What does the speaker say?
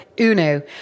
Uno